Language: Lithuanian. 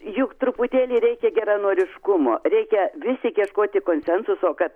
juk truputėlį reikia geranoriškumo reikia vis tik ieškoti konsensuso kad